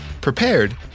prepared